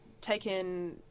taken